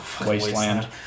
wasteland